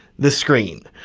the screen.